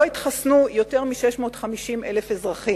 לא התחסנו יותר מ-650,000 אזרחים,